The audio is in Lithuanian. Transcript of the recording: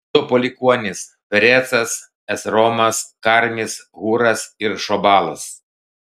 judo palikuonys perecas esromas karmis hūras ir šobalas